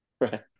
Right